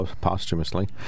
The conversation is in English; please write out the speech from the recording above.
posthumously